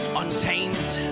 untamed